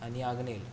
आनी आग्नेल